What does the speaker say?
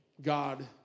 God